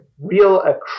real